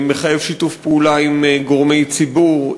מחייב שיתוף פעולה עם גורמי ציבור,